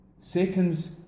Satan's